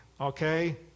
okay